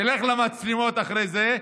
תלך למצלמות אחרי זה,